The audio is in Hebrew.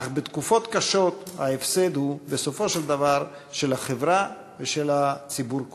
אך בתקופות קשות ההפסד הוא בסופו של דבר של החברה ושל הציבור כולו.